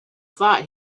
thought